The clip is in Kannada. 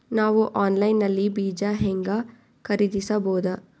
ನಾವು ಆನ್ಲೈನ್ ನಲ್ಲಿ ಬೀಜ ಹೆಂಗ ಖರೀದಿಸಬೋದ?